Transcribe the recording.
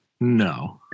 no